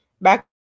Back